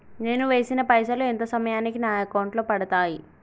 నేను వేసిన పైసలు ఎంత సమయానికి నా అకౌంట్ లో పడతాయి?